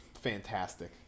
fantastic